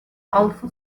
also